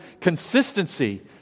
consistency